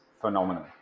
phenomenal